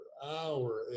Hour